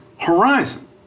horizon